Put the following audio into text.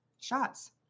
shots